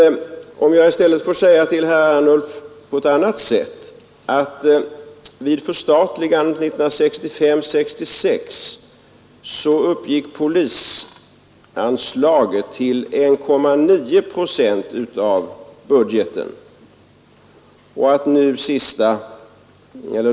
Låt mig i stället ange det på ett annat sätt. Vid förstatligandet 1965/66 uppgick polisanslaget till 1,9 procent av budgeten.